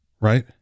right